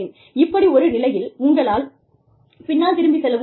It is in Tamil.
இப்படி ஒரு நிலையில் உங்களால் பின்னால் திரும்பிச் செல்லவும் முடியாது